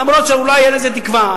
אף-על-פי שאולי אין לזה תקווה,